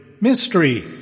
Mystery